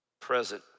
present